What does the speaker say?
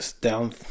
down